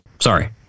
Sorry